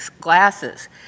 glasses